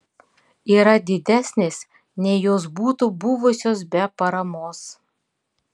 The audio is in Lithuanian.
yra didesnės nei jos būtų buvusios be paramos